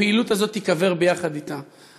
הפעילות הזאת תיקבר יחד אתה.